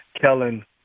Kellen